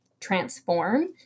transform